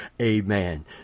Amen